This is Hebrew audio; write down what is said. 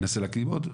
הוא מנסה להקים עוד.